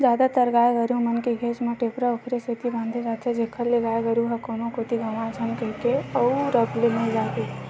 जादातर गाय गरु मन के घेंच म टेपरा ओखरे सेती बांधे जाथे जेखर ले गाय गरु ह कोनो कोती गंवाए झन कहिके अउ रब ले मिल जाय कहिके